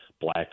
Black